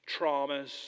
traumas